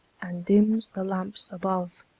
and dims the lamps above,